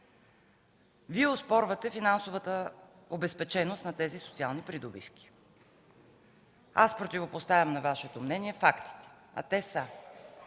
Вие оспорвате финансовата обезпеченост на тези социални придобивки. Аз противопоставям на Вашето мнение фактите, а те са: